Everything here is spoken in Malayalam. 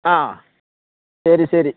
ആ ശരി ശരി